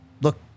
Look